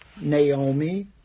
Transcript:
Naomi